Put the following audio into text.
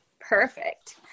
Perfect